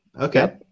okay